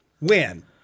Win